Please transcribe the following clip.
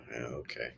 Okay